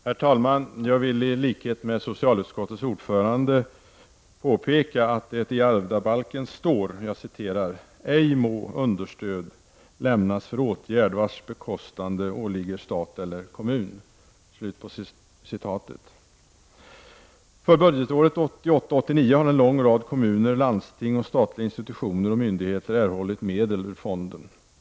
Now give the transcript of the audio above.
Herr talman! Jag vill i likhet med socialutskottets ordförande påpeka att det i ärvdabalken står: ”Ej må understöd lämnas för åtgärd, vars bekostande åligger stat eller kommun.” För budgetåret 1988/89 har en lång rad kommuner, landsting, statliga institutioner och myndigheter erhållit medel ur fonden.